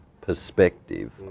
perspective